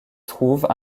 trouve